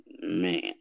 Man